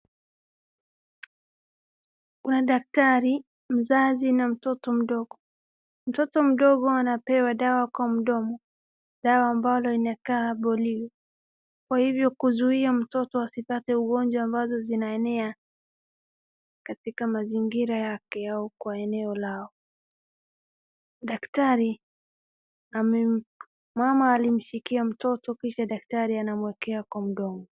Kuna daktari, mzazi na mtoto mdogo. Mtoto mdogo anapewa dawa kwa mdomo. Dawa ambalo inakaa boli kwa hivyo kuzuia mtoto asipate ugonjwa ambazo zinaenea katika mazingira yake au kwa eneo lao. Daktari, mama alimshikia mtoto kisha daktari anamwekea kwa mdomo.